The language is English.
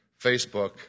Facebook